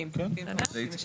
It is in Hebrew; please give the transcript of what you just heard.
כן, כן.